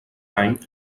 any